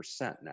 now